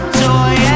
toy